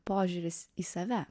požiūris į save